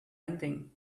ending